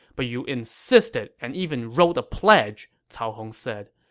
but you insisted and even wrote a pledge, cao hong said.